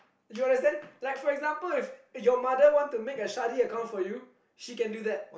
you understand like for example if your mother want to make a study account for you she can do that